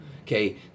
okay